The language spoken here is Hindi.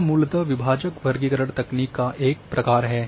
यह मूलतः विभाजक वर्गीकरण तकनीक का एक प्रकार है